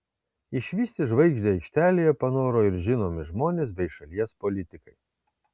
išvysti žvaigždę aikštelėje panoro ir žinomi žmonės bei šalies politikai